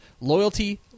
Loyalty